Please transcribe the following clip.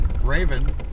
raven